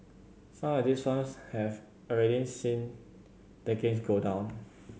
some of these firms have already seen takings go down